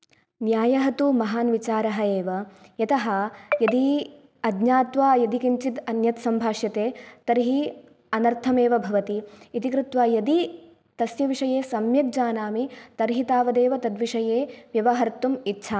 न्यायः तु महान् विचारः एव यतः यदि आज्यात्वा अन्यत् किञ्चत् सम्भाष्यते तर्हि अनर्थमेव भवति इति कृत्वा यदि तस्य विषये सम्यक् जानामि तर्हि तावदेव तद्विषये व्यवहर्तुम् इच्छामि